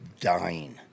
dying